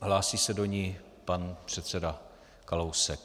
Hlásí se do ní pan předseda Kalousek.